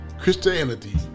Christianity